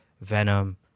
Venom